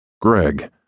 Greg